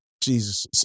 Jesus